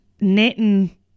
Knitting